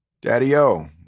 Daddy-o